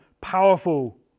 powerful